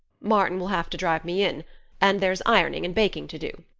martin will have to drive me in and there's ironing and baking to do.